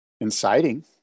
inciting